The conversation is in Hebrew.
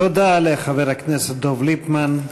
תודה לחבר הכנסת דב ליפמן.